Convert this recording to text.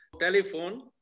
telephone